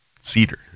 cedar